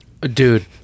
Dude